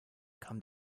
come